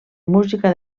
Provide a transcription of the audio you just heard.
música